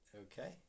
Okay